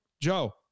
Joe